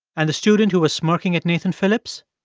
and the student who was smirking at nathan phillips.